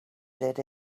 did